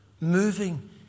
Moving